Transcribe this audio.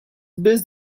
based